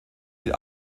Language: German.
die